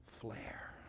flare